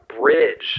bridge